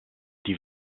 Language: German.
die